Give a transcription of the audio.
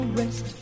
rest